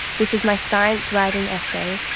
this is my science writing essay,